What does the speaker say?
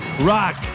Rock